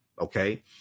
okay